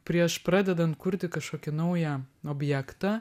prieš pradedant kurti kažkokį naują objektą